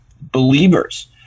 believers